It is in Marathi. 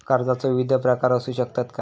कर्जाचो विविध प्रकार असु शकतत काय?